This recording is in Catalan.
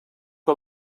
que